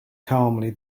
calmly